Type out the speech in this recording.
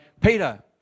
Peter